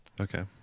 Okay